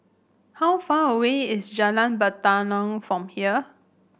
how far away is Jalan Batalong from here